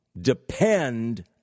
depend